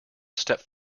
stepped